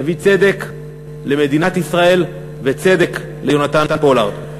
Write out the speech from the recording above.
יביא צדק למדינת ישראל וצדק ליונתן פולארד.